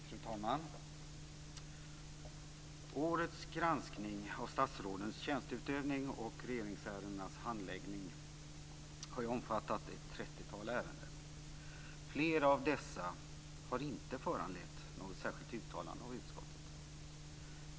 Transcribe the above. Fru talman! Årets granskning av statsrådens tjänsteutövning och regeringsärendenas handläggning har omfattat ett 30-tal ärenden. Flera av dessa har inte föranlett något särskilt uttalande av utskottet.